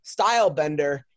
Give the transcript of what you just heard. Stylebender